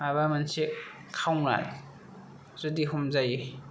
माबा मोनसे खावनाय जुदि हमजायो